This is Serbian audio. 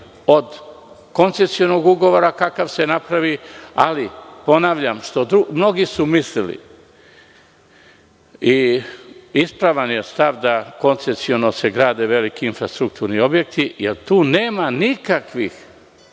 od koncesionog ugovora kakav se napravi. Ponavljam, mnogi su mislili i ispravan je stav da koncesiono se grade veliki infrastrukturni objekti jer tu nema nikakvih